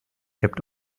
kippt